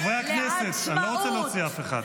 חברי הכנסת, אני לא רוצה להוציא אף אחד.